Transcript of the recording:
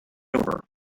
over